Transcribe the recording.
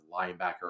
linebacker